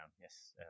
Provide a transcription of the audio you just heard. Yes